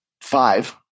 five